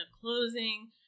closing